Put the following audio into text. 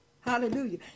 Hallelujah